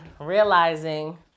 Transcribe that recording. realizing